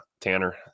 Tanner